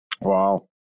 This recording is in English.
Wow